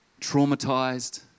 traumatized